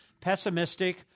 pessimistic